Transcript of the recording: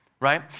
right